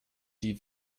die